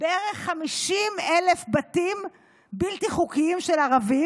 בערך 50,000 בתים בלתי חוקיים של ערבים.